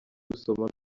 gusoma